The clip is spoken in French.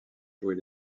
jouer